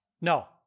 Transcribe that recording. No